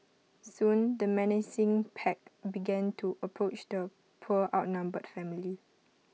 soon the menacing pack began to approach the poor outnumbered family